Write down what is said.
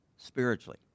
spiritually